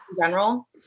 general